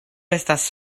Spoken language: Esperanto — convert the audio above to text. estas